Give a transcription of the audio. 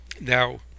Now